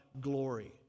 glory